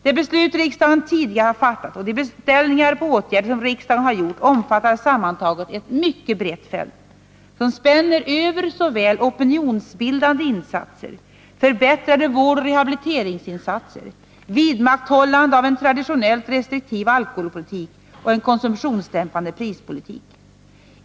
Det beslut riksdagen tidigare har fattat och de beställningar på åtgärder som riksdagen har gjort omfattar sammantaget ett mycket brett fält, som spänner över såväl opinionsbildande insatser, förbättrade vårdoch rehabiliteringsinsatser, vidmakthållande av en traditionell restriktiv alkoholpolitik som en konsumtionsdämpande prispolitik.